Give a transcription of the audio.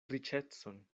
riĉecon